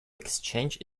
exchange